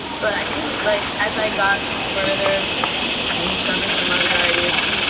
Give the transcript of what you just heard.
but i think like as i got further and discovered some other artists,